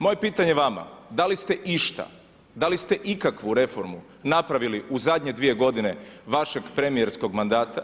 Moje pitanje vama, da li šte išta, da li ste ikakvu reformu napravili u zadnje dvije godine vašeg premijerskog mandata?